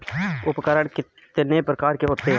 उपकरण कितने प्रकार के होते हैं?